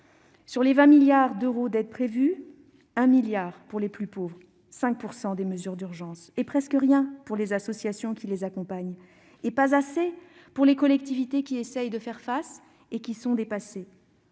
Sur les 20 milliards d'euros d'aides prévus, seul 1 milliard d'euros l'est pour les plus pauvres, soit 5 % des mesures d'urgence, presque rien pour les associations qui les accompagnent et pas assez pour les collectivités qui essaient de faire face mais qui sont dépassées.